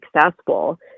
successful